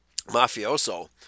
mafioso